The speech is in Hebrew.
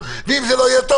עם כל הכבוד,